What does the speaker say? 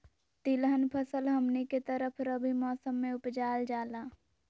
तिलहन फसल हमनी के तरफ रबी मौसम में उपजाल जाला